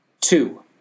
Two